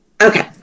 Okay